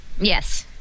Yes